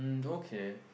um okay